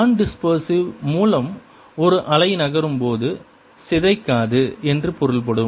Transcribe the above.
non-dispersive மூலம் ஒரு அலை நகரும் போது சிதைக்காது என்று பொருள்படும்